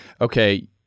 okay